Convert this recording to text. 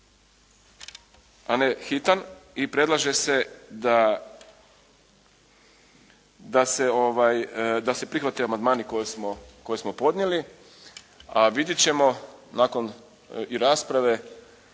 a ne hitan. I predlaže se da se, da se prihvate amandmani koje smo podnijeli, a vidjet ćemo nakon i rasprave